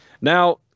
Now